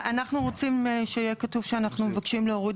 אנחנו רוצים שיהיה כתוב שאנחנו מבקשים להוריד